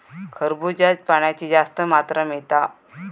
खरबूज्यात पाण्याची जास्त मात्रा मिळता